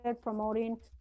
promoting